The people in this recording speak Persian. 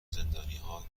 زندانیها